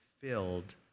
filled